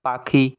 পাখি